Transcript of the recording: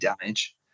damage